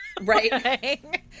right